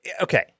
okay